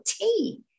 tea